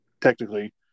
technically